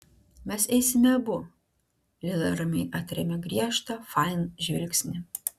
mes eisime abu lila ramiai atrėmė griežtą fain žvilgsnį